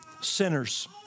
sinners